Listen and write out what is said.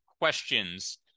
questions